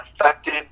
affected